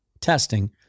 testing